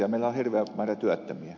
meillä on hirveä määrä työttömiä